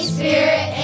Spirit